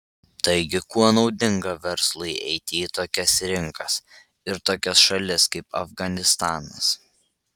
taigi kuo naudinga verslui eiti į tokias rinkas ir tokias šalis kaip afganistanas